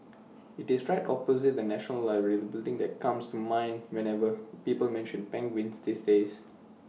IT is right opposite the National Library that building that comes to mind whenever people mention penguins these days